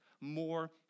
more